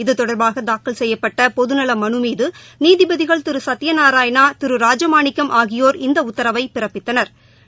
ப்பு தொடர்பாகதாக்கல் செய்யப்பட்டபொதுநலமனுமீதுநீதிபதிகள் திருசத்யநாராயணா இது திருராஜமாணிக்கம் ஆகியோா் இந்தஉத்தரவைபிறப்பித்தனா்